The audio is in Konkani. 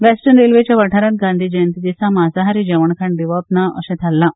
वेस्टन रेल्वेच्या वाठारांत गांधी जयंती दिसा मांसाहारी जेवणखाण दिवप ना अशें थारायलां